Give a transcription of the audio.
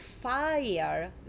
fire